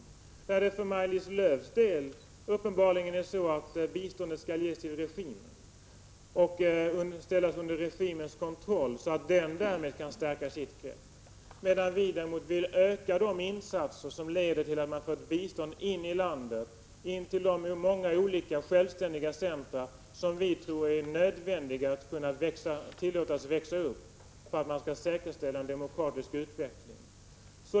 16 april 1986 För Maj-Lis Lööws del skall biståndet uppenbarligen ges till regimen och ställas under dess kontroll, så att den därmed kan stärka sitt grepp, medan vi ln > däremot vill öka de insatser som kan föra biståndet in i landet, in till de många EVEN UTAS AOsGT NEG m.m. olika, självständiga centra som vi tror måste tillåtas växa upp för att man skall . säkerställa en demokratisk utveckling.